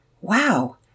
Wow